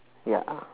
ya uh